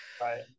right